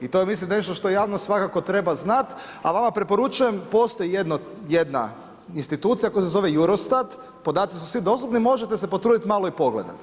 I to je mislim nešto što javnost svakako treba znati a vama preporučujem postoji jedna institucija koja se zove Eurostat, podaci su svi dostupni, možete se potruditi malo i pogledati.